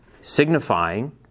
signifying